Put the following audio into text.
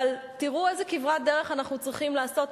אבל תראו איזה כברת דרך אנחנו צריכים לעשות,